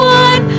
one